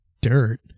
dirt